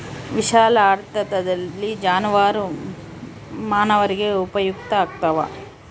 ವಿಶಾಲಾರ್ಥದಲ್ಲಿ ಜಾನುವಾರು ಮಾನವರಿಗೆ ಉಪಯುಕ್ತ ಆಗ್ತಾವ